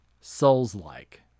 souls-like